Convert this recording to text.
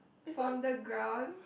from the ground